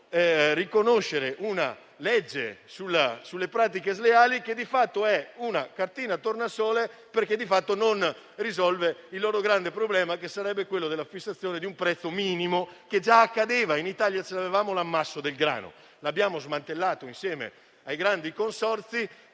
vedono riconoscere una legge sulle pratiche sleali che di fatto è una cartina tornasole, perché non risolve il loro grande problema della fissazione di un prezzo minimo, come già accadeva. In Italia avevamo l'ammasso del grano, lo abbiamo smantellato insieme ai grandi consorzi,